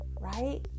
right